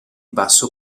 basso